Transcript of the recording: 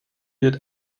wird